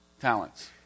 talents